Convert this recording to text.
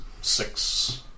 six